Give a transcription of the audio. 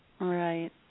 Right